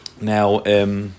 Now